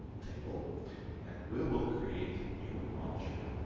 table and we will create new object